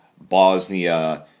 Bosnia-